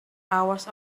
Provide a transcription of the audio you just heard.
hours